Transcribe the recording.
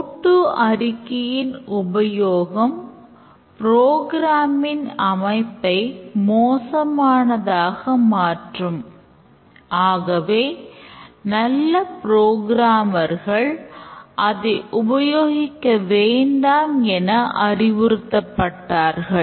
கோ ட்டு அதை உபயோகிக்க வேண்டாம் என அறிவுறுத்தப்பட்டார்கள்